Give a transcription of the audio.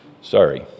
Sorry